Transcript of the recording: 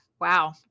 wow